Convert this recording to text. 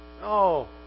No